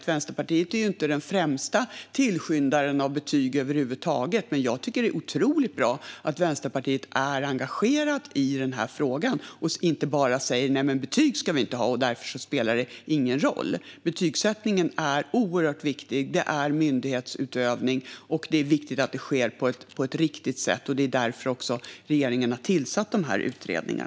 Vänsterpartiet är inte den främsta tillskyndaren av betyg över huvud taget, så jag tycker att det är otroligt bra att Vänsterpartiet är engagerat i frågan och inte bara säger "Nämen betyg ska vi inte ha, och därför spelar det ingen roll". Betygsättningen är oerhört viktig. Det är myndighetsutövning. Det är viktigt att den sker på ett riktigt sätt, och det är därför regeringen har tillsatt dessa utredningar.